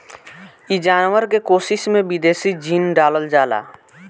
इ जानवर के कोशिका में विदेशी जीन डालल जाला